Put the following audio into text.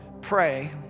pray